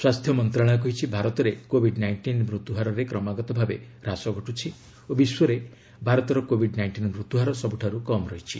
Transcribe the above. ସ୍ୱାସ୍ଥ୍ୟ ମନ୍ତ୍ରଶାଳୟ କହିଛି ଭାରତରେ କୋଭିଡ୍ ନାଇଷ୍ଟିନ୍ର ମୃତ୍ୟୁ ହାରରେ କ୍ରମାଗତ ଭାବେ ହ୍ରାସ ଘଟୁଛି ଓ ବିଶ୍ୱରେ ଭାରତର କୋଭିଡ୍ ନାଇଷ୍ଟିନ୍ ମୃତ୍ୟୁ ହାର ସବୁଠୁ କମ୍ ରହିଛି